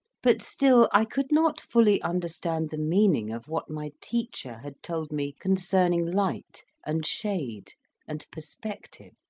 but still i could not fully understand the meaning of what my teacher had told me concerning light and shade and perspec tive